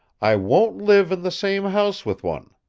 i won't live in the same house with one.